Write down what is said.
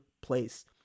place